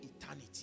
eternity